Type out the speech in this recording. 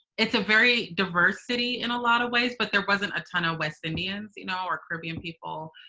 it's a very diverse city in a lot of ways. but there wasn't a ton of west indians, you know or caribbean people,